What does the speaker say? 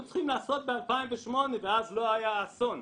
צריכים לעשות ב-2008 ואז לא היה האסון.